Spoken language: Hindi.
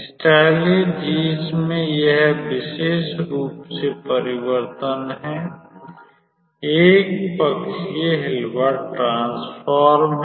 स्टाइलजीस में यह विशेष रूप से परिवर्तन है एक 1 पक्षीय हिल्बर्ट ट्रांसफॉर्म है